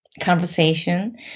conversation